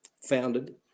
founded